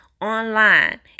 online